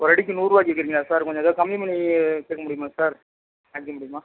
ஒரு அடிக்கு நூறு ரூபா கேட்குறீங்களா சார் கொஞ்சம் ஏதாவது கம்மி பண்ணி கேட்க முடியுமா சார் வாங்கிக்க முடியுமா